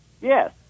Yes